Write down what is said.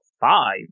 five